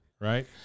right